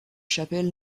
chapelle